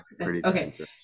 okay